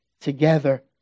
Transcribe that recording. together